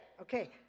Okay